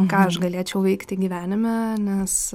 ką aš galėčiau veikti gyvenime nes